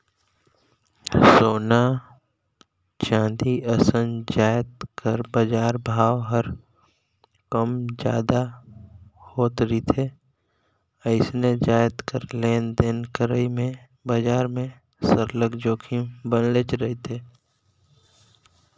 सोना, चांदी असन जाएत कर बजार भाव हर कम जादा होत रिथे अइसने जाएत कर लेन देन करई में बजार में सरलग जोखिम बनलेच रहथे